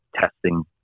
testing